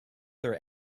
there